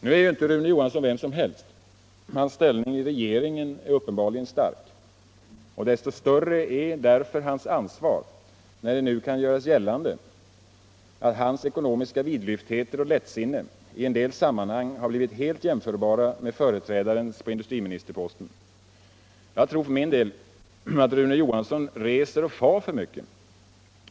Nu är ju Rune Johansson inte vem som helst. Hans ställning i regeringen är uppenbarligen stark. Desto större är därför hans ansvar, när det nu kan göras gällande att hans ekonomiska vidlyftigheter och lättsinne i en del sammanhang har blivit helt jämförbara med företrädarens på industriministerposten. Jag tror för min del att Rune Johansson reser och far för mycket.